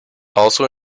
also